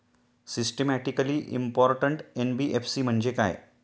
Systematically important NBFC म्हणजे काय?